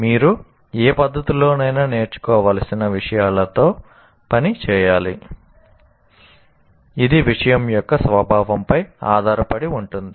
మీరు ఏ పద్ధతిలోనైనా నేర్చుకోవలసిన విషయాలతో పని చేయాలి ఇది విషయం యొక్క స్వభావంపై ఆధారపడి ఉంటుంది